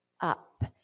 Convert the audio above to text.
up